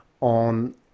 on